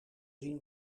zien